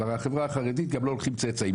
בחברה החרדית גם לא הולכים צאצאים.